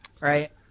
right